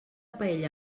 paella